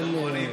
איתך.